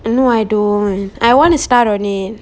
no I don't I want to start on it